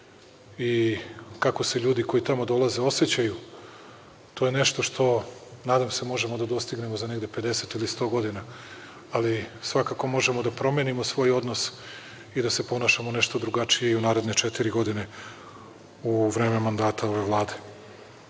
i kako se ljudi koji tamo dolaze osećaju. To je nešto što, nadam se možemo da dostignemo za negde 50 ili 100 godina, ali svakako možemo da promenimo svoj odnos i da se ponašamo nešto drugačije i u naredne četiri godine, u vreme mandata ove Vlade. Novi